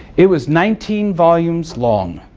it was nineteen volumes long.